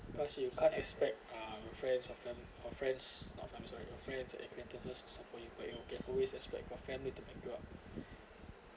because you can't expect uh friends or family or friends not family sorry your friends and acquaintances to support you but you can always expect your family to back you up